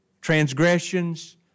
transgressions